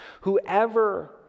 whoever